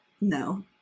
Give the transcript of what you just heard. No